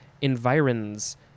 environs